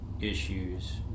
issues